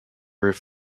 roof